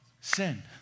sin